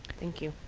thank you.